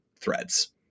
threads